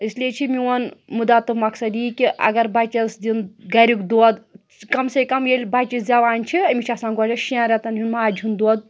اِسلیے چھِ میون مُدعا تہٕ مقصد یی کہِ اَگر بَچَس دِن گَریُک دۄد کَم سے کَم ییٚلہِ بَچہٕ زٮ۪وان چھِ أمِس چھِ آسان گۄڈنٮ۪تھ شٮ۪ن رٮ۪تَن ہُنٛد ماجہِ ہُنٛد دۄد